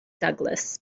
douglas